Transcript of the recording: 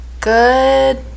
good